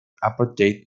apartheid